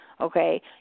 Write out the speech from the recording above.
Okay